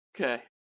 Okay